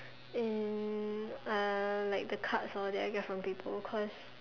um uh like the cards all that I get from people cause